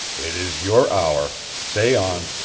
it is your hour. say on.